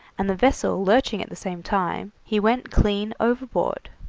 and the vessel lurching at the same time, he went clean overboard.